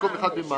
במקום 1 במאי,